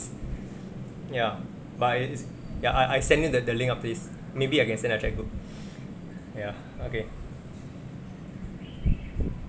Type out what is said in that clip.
ya but it it's ya I I send you the the link of this maybe I can send in the chat group ya okay